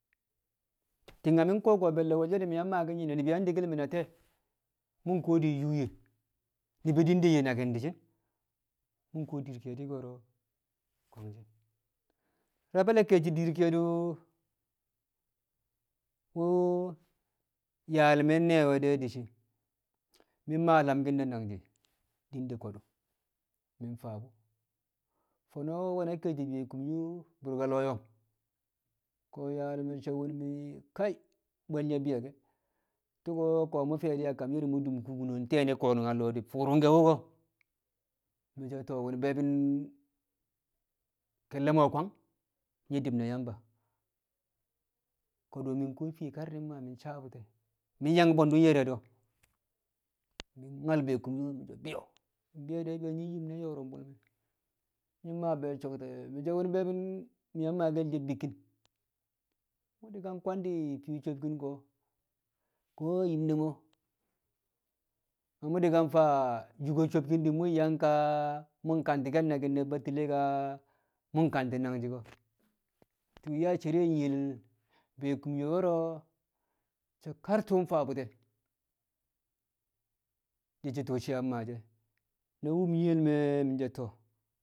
Ti̱ng na mi̱ kṵwo̱ ku̱wo̱ be̱lle̱ wolsho di̱ mi̱ yang maaki̱n ni̱bi̱ yang dekkel me̱ na te̱e̱? mṵ kuwo di̱ yṵṵ ye̱ ni̱bi̱ di̱ deyye naki̱n di̱ shi̱ mṵ kuwo dir ke̱e̱dṵ ko̱ro̱ kwangshi̱. Rabe̱ dir ke̱e̱dṵ wṵ yaal me̱ nyi̱ye̱ de̱ di̱ shi̱ mi̱ mmaa lamki̱n ne̱ nangji̱ di̱ de ko̱dṵ mi̱ faa bṵ, fo̱no̱ nwena ke̱e̱shi̱ be̱e̱ kumyo a bṵrka loo yo̱ng ko̱ yaal me̱ so̱ wṵ mi̱ kai bwe̱l ye̱ bi̱yo̱ ke̱ ka tṵṵ ko̱ fe̱di̱ a kam ye̱r mu̱ dṵm kubine nte̱e̱ ko̱no̱ a lo̱o̱ di̱ fṵrṵng ke̱ wṵko̱. Mi̱ so̱ to̱ wo̱m be̱bi̱n ke̱lle̱ mo̱ kwang nyi̱ di̱b na Yamba, ko̱dṵ kar mi̱ kuwo fiye di̱ maa mi̱ sabbṵti mi̱ ya̱ng bwe̱ndṵ nye̱r ye̱ do̱, mi̱ nyal bee kumyo mi̱ so̱ mbi̱yo̱, mi̱ nyi na yo̱o̱rṵmbṵl me, nyi̱ mmaa sotte, mi̱ so̱ wo̱m be̱bbi̱n mi yang maa bi̱kki̱n mṵ ka kwangdi̱ fii sobkin ko̱, ko̱ yim ne̱ mu̱, na mu̱ faa yṵko̱ kabe̱ mṵ yang ka ka mṵ kati̱ke̱l naki̱n ne̱ Batile ka mṵ kati̱ nangji̱ ko̱? tṵṵ nyaa cere a nyiye le̱ be kumyo wo̱ro̱ so̱ kar tṵṵ faa bṵte̱ di̱ shi̱ tṵṵ yang maashi e̱ na wum nyiye le̱ me̱ mi̱ so̱ to̱.